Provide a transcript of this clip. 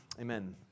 amen